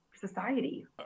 society